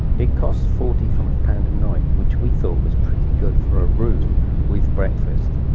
it costs forty five pound a night, which we thought was pretty good for a room with breakfast.